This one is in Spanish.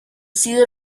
sido